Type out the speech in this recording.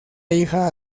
hija